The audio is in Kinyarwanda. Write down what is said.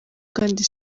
kandi